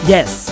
Yes